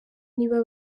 niba